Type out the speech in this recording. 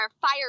fire